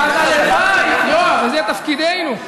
אז הלוואי, אבל זה תפקידנו,